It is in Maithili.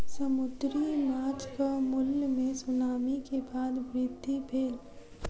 समुद्री माँछक मूल्य मे सुनामी के बाद वृद्धि भेल